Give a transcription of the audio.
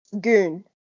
goon